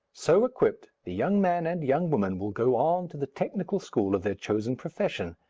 so equipped, the young man and young woman will go on to the technical school of their chosen profession,